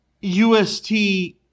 UST